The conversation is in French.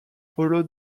palau